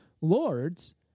lords